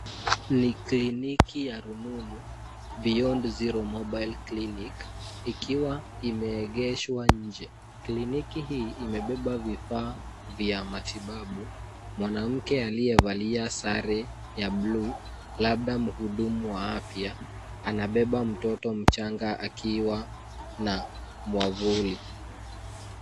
Ni kliniki ya rununu Beyond Zero Mobile Clinic ikiwa imeegeshwa nje. Kliniki hii imebeba vifaa vya matibabu. Mwanamke aliyevalia sare ya bluu labda mhudumu wa afya anabeba mtoto mchanga akiwa na mwavuli.